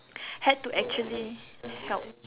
had to actually help